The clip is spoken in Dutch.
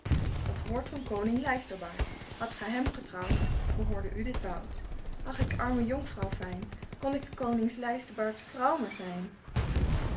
dat hoort van koning lijsterbaard had gij hem getrouwd behoorde u dit woud ach ik arme jonkvrouw fijn kon k koning lijsterbaard's vrouw maar zijn